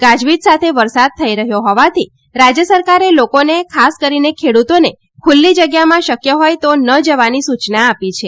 ગાજવીજ સાથે વરસાદ થઈ રહ્યો હોવાથી રાજ્ય સરકારે લોકોને ખાસ કરીને ખેડૂતોને ખુલ્લી જગ્યામાં શક્ય હોય તો ન જવાની સૂચના આપી છે